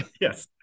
yes